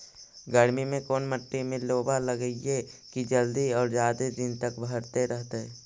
गर्मी में कोन मट्टी में लोबा लगियै कि जल्दी और जादे दिन तक भरतै रहतै?